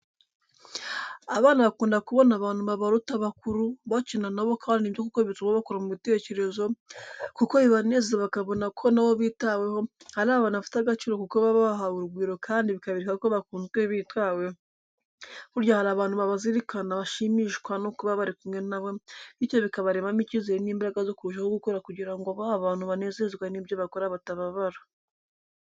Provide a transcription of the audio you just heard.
Abana bakunda kubona abantu babaruta bakuru bakina nabo kandi nibyo koko bituma bakura mu bitekerezo kuko bibanezeza bakabonako nabo bitaweho, ari abantu bafite agaciro kuko baba bahawe urugwiro kandi bikaberekako bakunzwe bitaweho, burya hari abantu babazirikana bashimishwa no kuba bari kumwe na bo, bityo bikabaremamo icyizere n'imbaraga zo kurushaho gukora kugira ngo ba bantu banezezwa n'ibyo bakora batababara.